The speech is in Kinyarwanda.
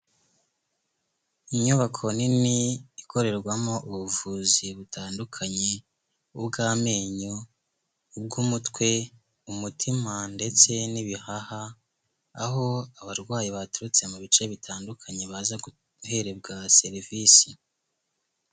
Inyubako nini ikorerwamo ubuvuzi butandukanye: ubw'amenyo, ubw'umutwe, umutima ndetse n'ibihaha, aho abarwayi baturutse mu bice bitandukanye baza guhererwa serivisi.